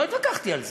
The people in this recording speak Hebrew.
לא התווכחתי על זה.